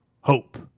hope